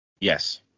yes